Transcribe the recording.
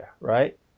right